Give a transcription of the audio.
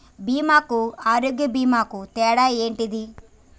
బీమా కు ఆరోగ్య బీమా కు తేడా ఏంటిది?